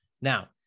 Now